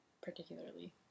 particularly